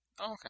Okay